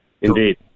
indeed